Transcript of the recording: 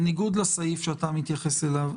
בניגוד לסעיף שאתה מתייחס אליו,